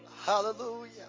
hallelujah